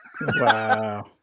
Wow